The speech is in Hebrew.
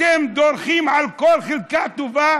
אתם דורכים על כל חלקה טובה,